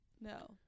no